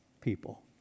people